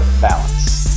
balance